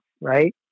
right